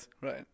Right